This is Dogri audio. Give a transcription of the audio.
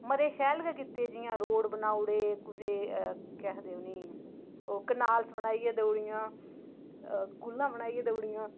मते शैल गै कीते जि'यां रोड़ बनाई ओड़े कुसै केह् आखदे उ'नें ई ओह् कैनालां बनाइयै देई ओड़ियां कूह्लां बनाइयै देई ओड़ियां